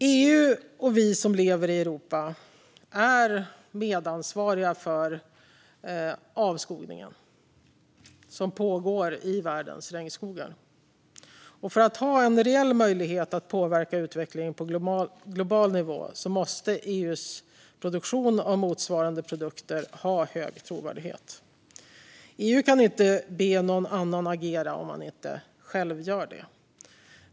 EU och vi som lever i Europa är medansvariga för den avskogning som pågår i världens regnskogar, och för att ha en reell möjlighet att påverka utvecklingen på global nivå måste EU:s produktion av motsvarande produkter ha hög trovärdighet. EU kan inte be någon annan att agera om man själv inte gör det.